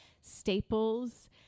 staples